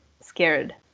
scared